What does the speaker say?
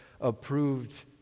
approved